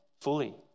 fully